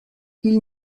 ils